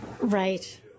Right